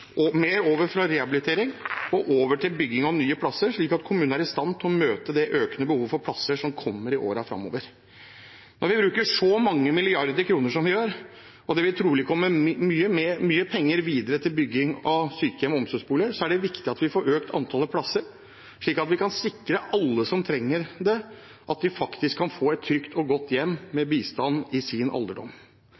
midlene mer fra rehabilitering og over til bygging av nye plasser, slik at kommunene er i stand til å møte det økende behovet for plasser som kommer i årene framover. Når vi bruker så mange milliarder kroner som vi gjør, og det vil trolig fortsatt komme mye penger til bygging av sykehjem og omsorgsboliger, er det viktig at vi får økt antallet plasser, slik at vi kan sikre at alle som trenger det, faktisk kan få et trygt og godt hjem med